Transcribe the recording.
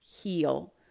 heal